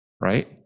right